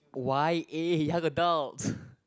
Y_A young adult